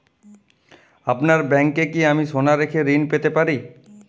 আপনার ব্যাংকে কি আমি সোনা রেখে ঋণ পেতে পারি?